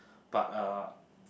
but uh